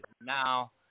now